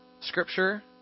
scripture